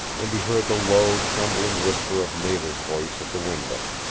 and he heard the low, trembling whisper of nada's voice at the window.